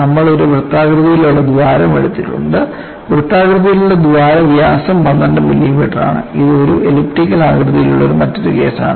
നമ്മൾ ഒരു വൃത്താകൃതിയിലുള്ള ദ്വാരം എടുത്തിട്ടുണ്ട് വൃത്താകൃതിയിലുള്ള ദ്വാര വ്യാസം 12 മില്ലിമീറ്ററാണ് ഇത് ഒരു എലിപ്ടിക്കൽ ആകൃതിയിലുള്ള മറ്റൊരു കേസാണ്